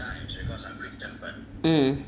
mm